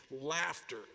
laughter